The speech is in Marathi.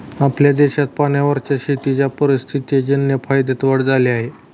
आपल्या देशात पाण्यावरच्या शेतीच्या परिस्थितीजन्य फायद्यात वाढ झाली आहे